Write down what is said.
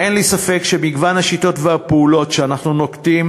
ואין לי ספק שמגוון השיטות והפעולות שאנחנו נוקטים